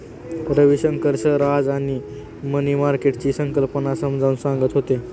Ravishankar sir आज money मार्केटची संकल्पना समजावून सांगत होते